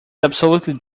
absolutely